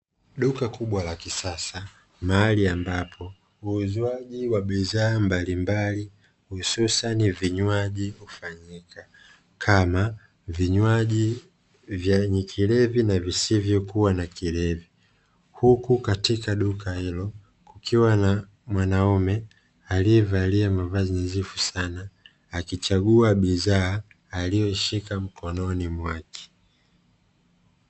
Duka kubwa la kisasa mahali ambapo uuzwaji wa bidhaa mbalimbali, hususani vinywaji hufanyika, kama vinywaji vyenye kilevi na visivyokuwa na vilevi, huku katika duka hilo, kukiwa na mwanaume alievalia mavazi nadhifu sana akichagua bidhaa alizoshika mkononi mwake.